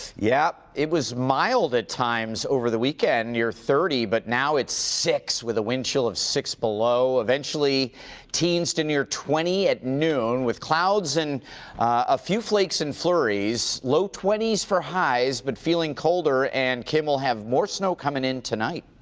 yeah, it was mild at times over the weekend, near thirty. but now it's six, with a wind chill of six below. eventually teens to near twenty at noon, with clouds and a few flakes and flurries, low twenty s for highs. but feeling colder and kim will have more snow coming in tonight.